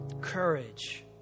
courage